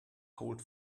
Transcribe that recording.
hold